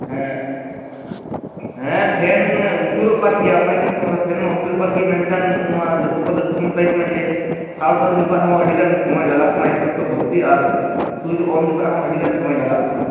ᱦᱮᱸ ᱦᱮᱸ ᱯᱷᱮᱱ ᱚᱪᱩᱨᱚᱜ ᱠᱟᱱ ᱜᱮᱭᱟ ᱚᱱᱟᱜᱮᱛᱚ ᱥᱚᱢᱚᱥᱟ ᱯᱷᱮᱱᱢᱟ ᱚᱪᱩᱨᱚᱜ ᱠᱟᱱ ᱜᱮ ᱢᱮᱱᱠᱷᱟᱱ ᱱᱚᱜᱼᱚᱸᱭ ᱱᱚᱣᱟ ᱡᱚᱛᱚ ᱠᱷᱚᱡ ᱞᱟᱹᱴᱩ ᱥᱚᱢᱳᱥᱟ ᱦᱩᱭᱩᱜ ᱠᱟᱱᱟ ᱡᱮ ᱥᱟᱴᱰᱟᱣᱩᱱ ᱡᱚᱠᱷᱚᱡ ᱦᱚᱸ ᱟᱹᱰᱤ ᱜᱟᱱ ᱥᱚᱢᱳᱭ ᱞᱟᱜᱟᱜ ᱠᱟᱱᱟ ᱦᱤᱥᱟᱹᱵ ᱠᱷᱚᱡ ᱵᱟᱹᱲᱛᱤ ᱟᱨ ᱥᱩᱭᱤᱡᱽ ᱚᱱ ᱡᱚᱠᱷᱚᱡ ᱦᱚᱸ ᱟᱹᱰᱤ ᱜᱟᱱ ᱥᱚᱢᱳᱭ ᱞᱟᱜᱟᱜ ᱠᱟᱱᱟ